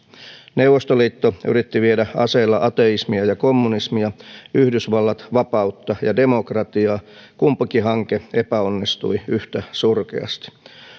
neuvostoliitto yritti viedä aseilla ateismia ja kommunismia yhdysvallat vapautta ja demokratiaa kumpikin hanke epäonnistui yhtä surkeasti